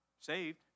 saved